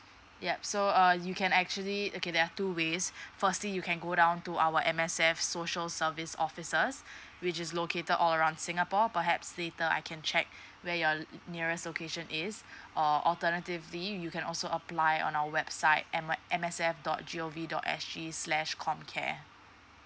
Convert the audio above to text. yup so uh you can actually okay there are two ways firstly you can go down to our M_S_ F social service officers which is located all around singapore perhaps later I can check where your nearest location is or alternatively you can also apply on our website M~ M S F dot G O V dot S G slash comcare